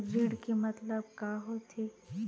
ऋण के मतलब का होथे?